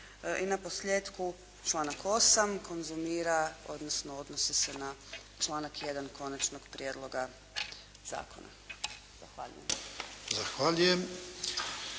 I na posljetku članak 8. konzumira, odnosno odnosi se na članak 1. Konačnog prijedloga zakona. Zahvaljujem.